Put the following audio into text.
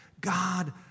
God